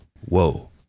whoa